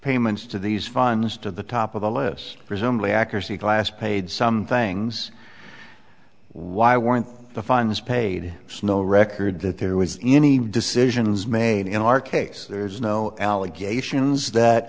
payments to these funds to the top of the list presumably accuracy class paid some things why weren't the fines paid snow record that there was any decisions made in our case there's no allegations that